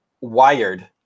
wired